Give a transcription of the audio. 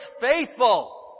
faithful